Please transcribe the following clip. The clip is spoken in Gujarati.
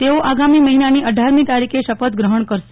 તેઓ આગામી મહિનાની અઢારમી તારીખે શપથ ગ્રહણ કરશે